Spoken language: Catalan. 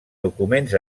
documents